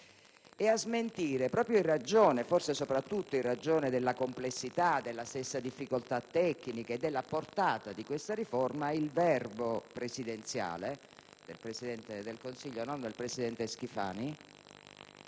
e a smentire, forse soprattutto in ragione della complessità, della stessa difficoltà tecnica e della portata di questa riforma, il verbo presidenziale (del Presidente del Consiglio, non del presidente Schifani)